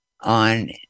on